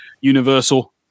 universal